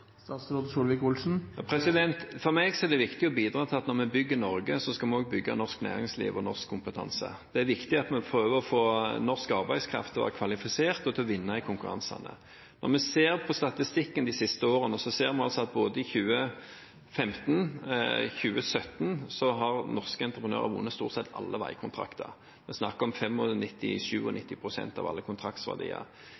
For meg er det viktig å bidra til at når vi bygger Norge, skal vi også bygge norsk næringsliv og norsk kompetanse. Det er viktig at vi prøver å få norsk arbeidskraft til å være kvalifisert og til å vinne i konkurransene. Når vi ser på statistikken for de siste årene, ser vi at både i 2015 og i 2017 har norske entreprenører vunnet stort sett alle veikontraktene. Vi snakker om